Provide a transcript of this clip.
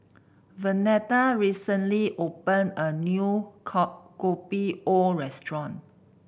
Vernetta recently opened a new Kopi O restaurant